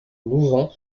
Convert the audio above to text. louvain